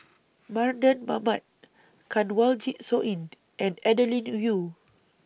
Mardan Mamat Kanwaljit Soin and Adeline